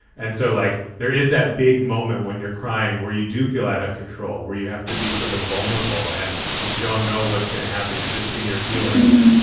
and so like there is that big moment when you're crying where you do feel out of control, where you have to be sort of vulnerable and and you don't know what's going to happen. you're just in your feelings.